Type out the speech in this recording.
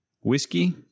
whiskey